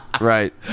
right